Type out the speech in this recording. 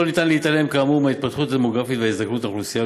לא ניתן להתעלם כאמור מההתפתחות הדמוגרפית והזדקנות האוכלוסייה.